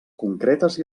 concretes